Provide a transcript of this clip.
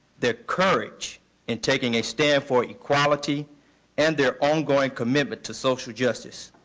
their courage in taking a stand for equality and their ongoing commitment to social justice.